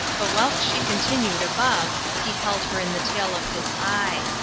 but whilst she continued above he held her in the tail of his eye.